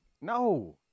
No